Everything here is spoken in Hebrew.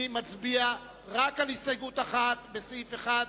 אני מצביע רק על הסתייגות אחת לסעיף 1,